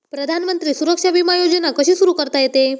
प्रधानमंत्री सुरक्षा विमा योजना कशी सुरू करता येते?